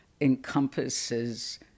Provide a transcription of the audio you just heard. encompasses